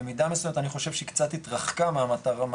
במידה מסויימת אני חושב שהיא קצת התרחקה מהמטרות